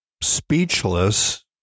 speechless